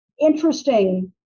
interesting